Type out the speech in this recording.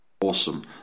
Awesome